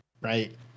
Right